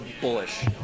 bullish